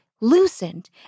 loosened